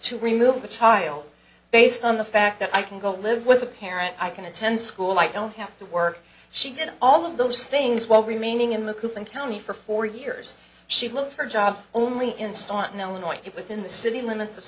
to remove the child based on the fact that i can go live with a parent i can attend school i don't have to work she did all of those things while remaining in the coop and county for four years she looked for jobs only in staunton illinois it within the city limits of